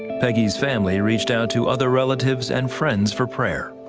peggy's family reached out to other relatives and friends for prayer.